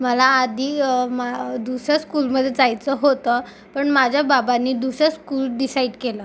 मला आधी मा दुसऱ्या स्कूलमध्ये जायचं होतं पण माझ्या बाबांनी दुसरं स्कूल डिसाईट केलं